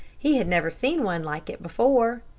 he had never seen one like it before.